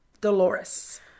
Dolores